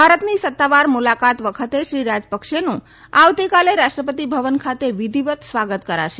ભારતની સત્તાવાર મુલાકાત વખતે શ્રી રાજપક્ષેનું આવતીકાલે રાષ્ટ્રપતિ ભવન ખાતે વિધિવત સ્વાગત કરાશે